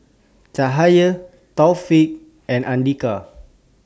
Cahaya Taufik and Andika